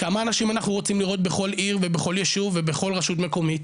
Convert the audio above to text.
כמה אנשים אנחנו רוצים לראות בכל עיר ובכל יישוב ובכל רשות מקומית